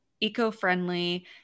eco-friendly